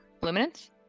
Luminance